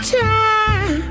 time